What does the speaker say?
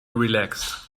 relaxed